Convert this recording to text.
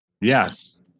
yes